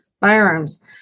firearms